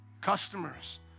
customers